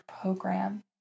program